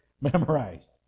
memorized